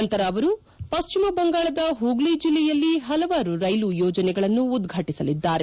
ನಂತರ ಅವರು ಪಶ್ಚಿಮ ಬಂಗಾಳದ ಹೂಗ್ನಿ ಜಿಲ್ಲೆಯಲ್ಲಿ ಹಲವಾರು ರೈಲು ಯೋಜನೆಗಳನ್ನು ಉದ್ವಾಟಸಲಿದ್ದಾರೆ